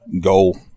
goal –